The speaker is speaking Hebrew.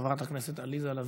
חברת הכנסת עליזה לביא,